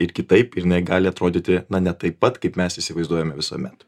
ir kitaip ir jinai gali atrodyti na ne taip pat kaip mes įsivaizduojame visuomet